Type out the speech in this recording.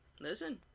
listen